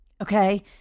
Okay